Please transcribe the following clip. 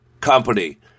company